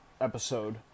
episode